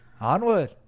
onward